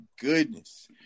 goodness